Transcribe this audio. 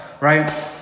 right